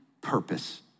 purpose